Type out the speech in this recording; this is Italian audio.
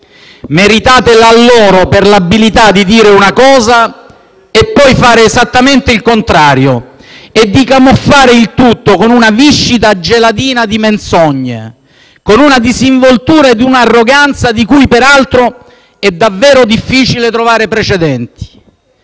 Meritate l'alloro per l'abilità di dire una cosa e, poi, fare esattamente il contrario e di camuffare il tutto con una viscida gelatina di menzogne, una disinvoltura e un'arroganza di cui peraltro è davvero difficile trovare precedenti.